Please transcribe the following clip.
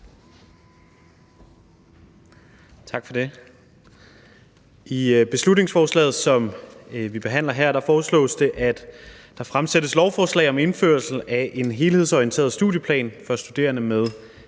Tak for det. I beslutningsforslaget, som vi behandler her, foreslås det, at der fremsættes lovforslag om indførelse af en helhedsorienteret studieplan for studerende med